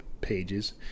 pages